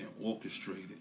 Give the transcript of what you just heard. orchestrated